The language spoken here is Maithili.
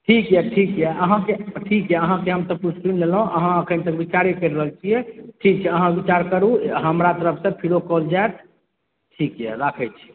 ठीक यऽ ठीक यऽ अहाँके ठीक यऽ अहाँके हम सबकिछु सुनि लेलहुॅं अहाँ अखनतक विचारे करि रहल छियै ठीक छै अहाँ विचार करू हमरा तरफ सँ फिरो कॉल जाएत ठीक यऽ राखै छी